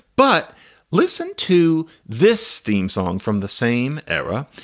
but listen to this theme song from the same era.